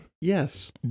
Yes